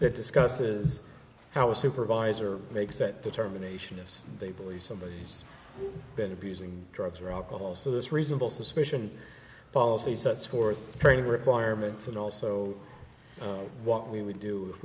that discusses how a supervisor makes that determination if they believe somebody has been abusing drugs or alcohol so this reasonable suspicion policy sets forth training requirements and also what we would do if